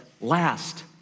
last